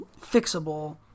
fixable